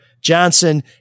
Johnson